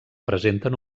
presenten